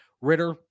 Ritter